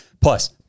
Plus